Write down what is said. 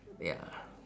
ya